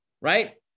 right